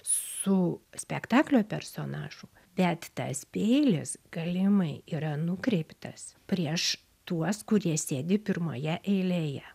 su spektaklio personažu bet tas peilis galimai yra nukreiptas prieš tuos kurie sėdi pirmoje eilėje